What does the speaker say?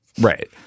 Right